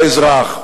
האזרח.